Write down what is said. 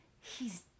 He's